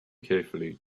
carefully